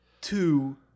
Two